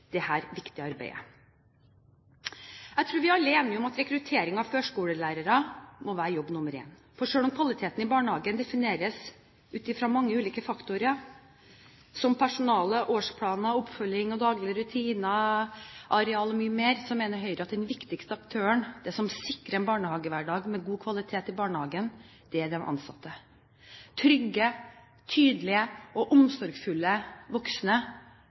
viktige arbeidet. Jeg tror vi alle er enige om at rekruttering av førskolelærere må være jobb nummer én. For selv om kvalitet i barnehagen defineres ut fra mange ulike faktorer, som personale, årsplaner, oppfølging av daglige rutiner, areal og mye mer, mener Høyre at den viktigste aktøren, det som sikrer en barnehagehverdag med god kvalitet, er de ansatte. Trygge, tydelige og omsorgsfulle voksne